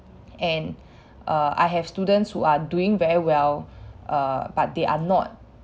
and err I have students who are doing very well err but they are not